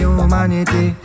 humanity